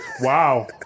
Wow